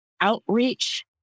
outreach